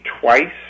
twice